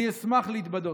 אני אשמח להתבדות.